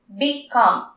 become